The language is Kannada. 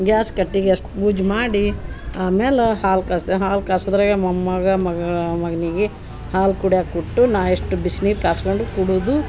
ಗ್ಯಾಸ್ ಕಟ್ಟಿಗೆ ಅಷ್ಟು ಪೂಜ ಮಾಡಿ ಆಮ್ಯಾಲೆ ಹಾಲು ಕಾಸ್ತೆ ಹಾಲು ಕಾಸದ್ರಗೆ ಮೊಮ್ಮಗ ಮಗ ಮಗನಿಗೆ ಹಾಲು ಕುಡ್ಯಾಕ ಕೊಟ್ಟು ನಾ ಇಷ್ಟು ಬಿಸ್ನೀರು ಕಾಸ್ಕಂಡು ಕುಡಿದು